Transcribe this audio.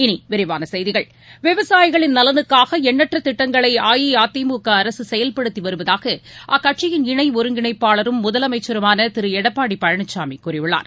இனிவிரிவானசெய்திகள் விவசாயிகளின் நலனுக்காகஎண்ணற்றதிட்டங்களைஅஇஅதிமுகஅரசுசெயல்படுத்திவருவதாகஅக்கட்சியின் இணைஒருங்கிணைப்பாளரும் முதலமைச்சருமானதிருளடப்பாடிபழனிசாமிகூறியுள்ளார்